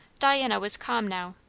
diana was calm now,